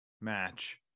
match